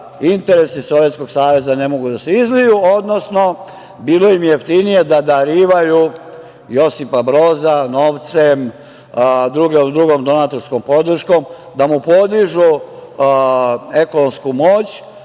interesi Sovjetskog Saveza ne mogu da se izliju, odnosno, bilo im je jeftinije da darivaju Josipa Broza novcem, drugom donatorskom podrškom, da mu podižu ekonomsku moć,